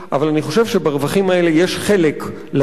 אבל אני חושב שברווחים האלה יש חלק לציבור